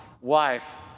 wife